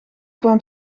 kwam